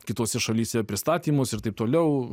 kitose šalyse pristatymus ir taip toliau